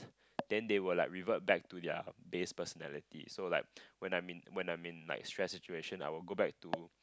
then they will like revert back to their base personality so like when I'm in when I'm in like stress situation I will go back to